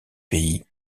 pays